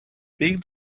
wegen